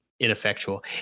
ineffectual